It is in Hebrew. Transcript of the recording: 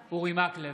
מקלב,